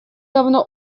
давно